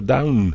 Down